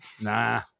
Nah